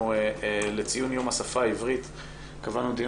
לציון יום השפה העברית קבענו דיון